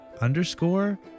underscore